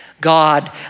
God